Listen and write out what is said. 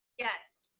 yes.